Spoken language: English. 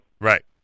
Right